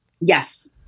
Yes